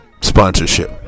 sponsorship